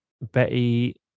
Betty